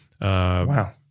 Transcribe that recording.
Wow